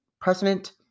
President